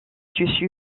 tissu